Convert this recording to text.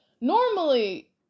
normally